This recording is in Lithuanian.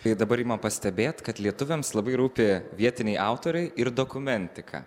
tai dabar imam pastebėt kad lietuviams labai rūpi vietiniai autoriai ir dokumentika